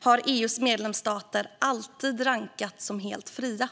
har EU:s medlemsstater alltid rankats som helt fria.